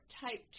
type